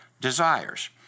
desires